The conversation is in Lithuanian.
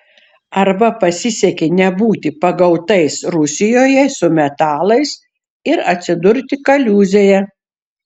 arba pasisekė nebūti pagautais rusijoje su metalais ir atsidurti kaliūzėje